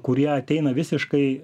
kurie ateina visiškai